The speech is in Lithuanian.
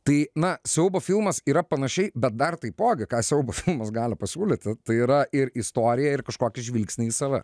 tai na siaubo filmas yra panašiai bet dar taipogi ką siaubo filmas gali pasiūlyti tai yra ir istoriją ir kažkokį žvilgsnį į save